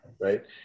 right